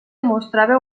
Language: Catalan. mostrava